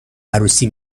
عروسی